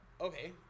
okay